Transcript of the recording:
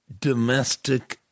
domestic